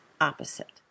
opposite